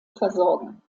versorgen